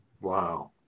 wow